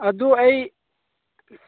ꯑꯗꯨ ꯑꯩ